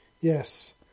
Yes